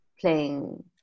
playing